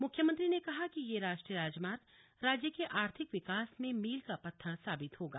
मुख्यमंत्री ने कहा कि यह राष्ट्रीय राजमार्ग राज्य के आर्थिक विकास में मील का पत्थर साबित होगा